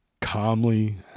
calmly